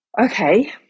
Okay